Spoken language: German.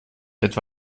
etwa